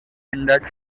ended